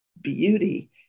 beauty